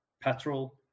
petrol